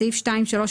בסעיף 2(3),